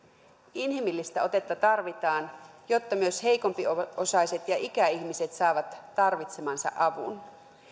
inhimillistä otetta tarvitaan jotta myös heikompiosaiset ja ikäihmiset saavat tarvitsemansa avun